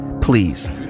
Please